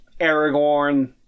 Aragorn